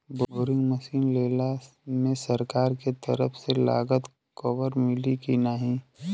Boring machine लेला मे सरकार के तरफ से लागत कवर मिली की नाही?